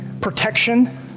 protection